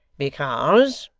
because,